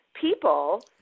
people